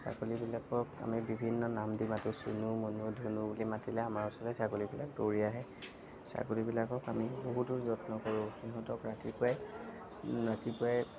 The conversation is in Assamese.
ছাগলীবিলাকক আমি বিভিন্ন নাম দি মাতো চুনু মুনু ধুনু বুলি মাতিলে আমাৰ ওচৰলৈ ছাগলীবিলাক দৌৰি আহে ছাগলীবিলাকক আমি বহুতো যত্ন কৰোঁ সিহঁতক ৰাতিপুৱাই ৰাতিপুৱাই